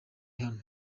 hano